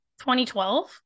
2012